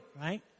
right